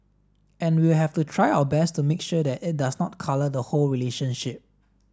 and we will have to try our best to make sure that it does not colour the whole relationship